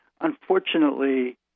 Unfortunately